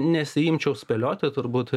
nesiimčiau spėlioti turbūt